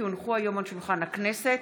כי הונחו היום על שולחן הכנסת,